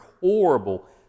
horrible